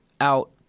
out